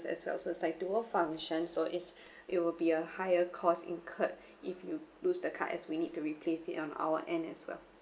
as well so it's like duo function so is it will be a higher cost incurred if you lose the card as we need to replace it on our end as well